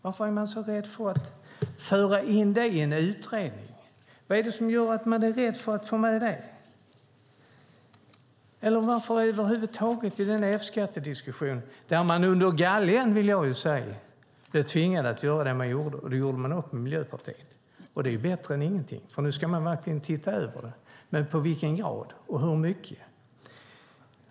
Varför är ni så rädda för att föra in det i en utredning? Eller varför huvud taget i en F-skattediskussion bli tvingad att under galgen göra det ni gjorde? Det gjorde ni upp med Miljöpartiet, och det är ju bättre än ingenting. Nu ska ni verkligen se över det här, men i vilken grad och hur mycket?